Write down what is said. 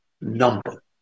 number